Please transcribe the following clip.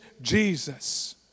Jesus